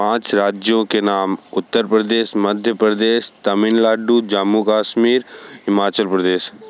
पाँच राज्यों के नाम उत्तर प्रदेश मध्य प्रदेश तमिलनाडु जम्मू कश्मीर हिमाचल प्रदेश